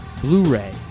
Blu-ray